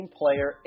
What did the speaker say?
player